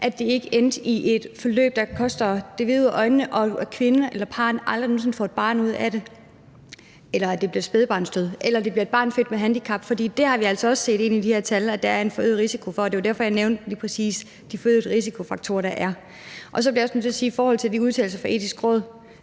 at det ikke endte i et forløb, der koster det hvide ud af øjnene, og hvor kvinden eller parret aldrig nogen sinde fik et barn ud af det, eller hvor det endte med spædbarnsdød, eller hvor det blev et barn født med handicap. For vi har altså også set ud af de her tal, at der er en forøget risiko for det, og det var derfor, jeg nævnte lige præcis de forøgede risici, der er. Så bliver jeg også nødt til at sige i forhold til de udtalelser fra Det Etiske Råd,